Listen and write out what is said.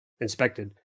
inspected